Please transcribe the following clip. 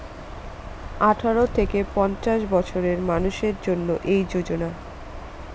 আঠারো থেকে পঞ্চাশ বছরের মানুষের জন্য এই যোজনা